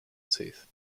teeth